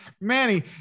Manny